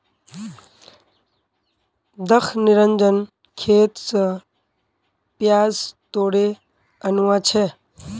दख निरंजन खेत स प्याज तोड़े आनवा छै